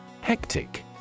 Hectic